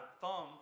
thumb